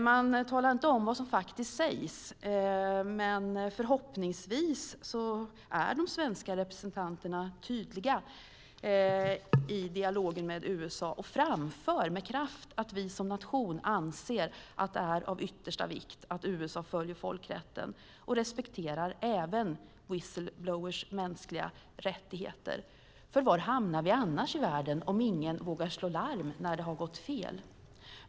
Man talar inte om vad som faktiskt sägs, men förhoppningsvis är de svenska representanterna tydliga i dialogen med USA och framför med kraft att vi som nation anser att det är av yttersta vikt att USA följer folkrätten och respekterar även whistleblowers mänskliga rättigheter. Var hamnar vi annars i världen, om ingen vågar slå larm när det har gått fel?